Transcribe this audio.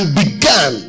began